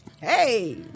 Hey